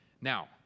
Now